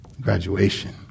graduation